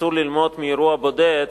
אסור ללמוד מאירוע בודד,